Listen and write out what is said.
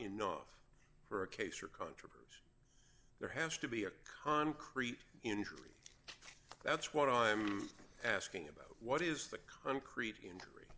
enough for a case or country there has to be a concrete injury that's what i'm asking about what is the concrete in